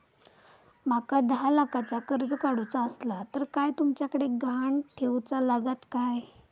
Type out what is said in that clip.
माका दहा लाखाचा कर्ज काढूचा असला तर काय तुमच्याकडे ग्हाण ठेवूचा लागात काय?